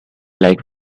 like